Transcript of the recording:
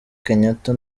kenyatta